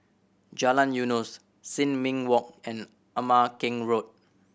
Jalan Eunos Sin Ming Walk and Ama Keng Road